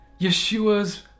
Yeshua's